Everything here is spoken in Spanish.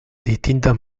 distintas